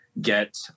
get